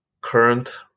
current